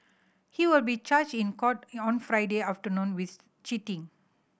he will be charged in court on Friday afternoon with cheating